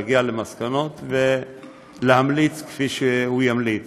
להגיע למסקנות ולהמליץ כפי שהוא ימליץ.